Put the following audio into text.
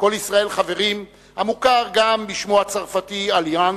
"כל ישראל חברים", המוכר גם בשמו הצרפתי "אליאנס",